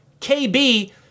KB